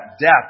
death